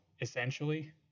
essentially